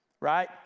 right